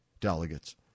delegates